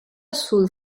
sul